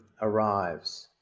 arrives